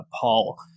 Paul